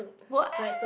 what